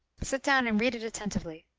sit down and read it attentively.